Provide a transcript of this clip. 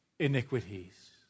Iniquities